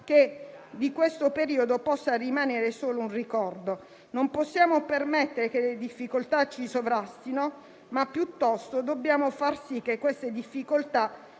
che di questo periodo possa rimanere solo un ricordo. Non possiamo permettere che le difficoltà ci sovrastino, ma dobbiamo piuttosto far sì che queste difficoltà